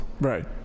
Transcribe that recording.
Right